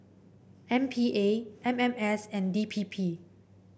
M P A M M S and D P P